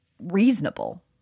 reasonable